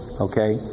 Okay